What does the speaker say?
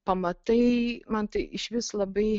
pamatai man tai išvis labai